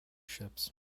ships